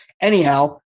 Anyhow